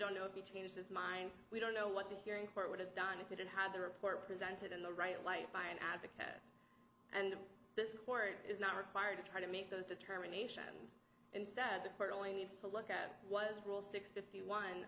don't know if he changed his mind we don't know what the hearing court would have done if we didn't have the report presented in the right light by an advocate and this court is not required to try to make those determinations instead the court only needs to look at was rule six fifty one